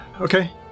okay